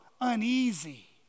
uneasy